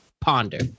ponder